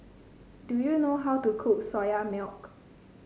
do you know how to cook Soya Milk